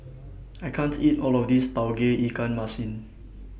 I can't eat All of This Tauge Ikan Masin